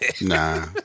Nah